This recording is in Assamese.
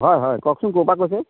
হয় হয় কওকচোন ক'ৰ পৰা কৈছে